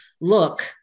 look